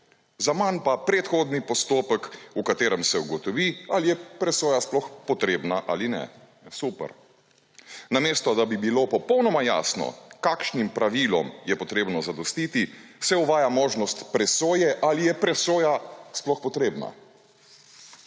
Zaman pa predhodni postopek, v katerem se ugotovi ali je presoja sploh potrebna ali ne. Super. Namesto, da bi bilo popolnoma jasno, kakšnim pravilo je potrebno zadostiti, se uvaja možnost presoje ali je presoja sploh potrebna.